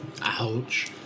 Ouch